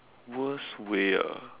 worst way ah